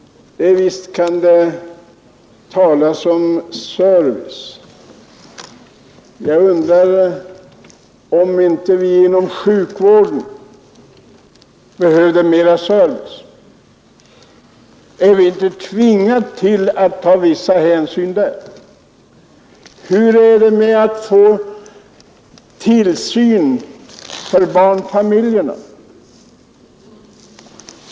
Visst kan man tala om service. Jag undrar om vi inte behöver mera service inom sjukvården. Är vi inte tvingade till att ta vissa hänsyn på det området? Hur är det med möjligheten för barnfamiljerna att få barntillsyn?